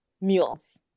Mules